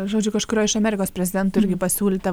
žodžiu kažkurio iš amerikos prezidentų irgi pasiūlyta